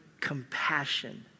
compassion